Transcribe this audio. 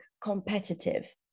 competitive